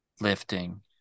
lifting